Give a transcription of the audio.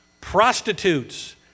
prostitutes